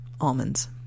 almonds